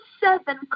seven